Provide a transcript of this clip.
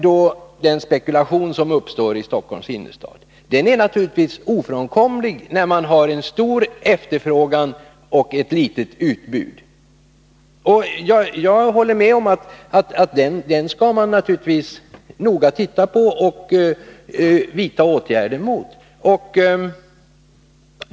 Den spekulation som uppstått i Stockholms innerstad är naturligtvis ofrånkomlig när det är en stor efterfrågan och ett litet utbud. Jag håller med om att man naturligtvis skall titta noga på denna spekulation och vidta åtgärder mot den.